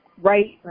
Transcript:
right